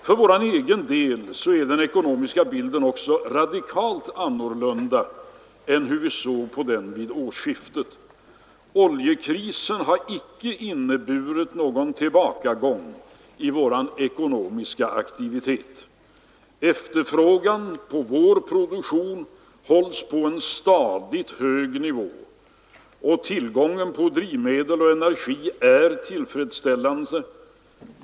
För vår egen del är den ekonomiska bilden också radikalt annorlunda än vid årsskiftet. Oljekrisen har icke inneburit någon tillbakagång i vår ekonomiska aktivitet. Efterfrågan på vår produktion hålls på en stadigt hög nivå, och tillgången på drivmedel och energi är tillfredsställande.